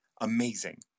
amazing